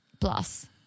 Plus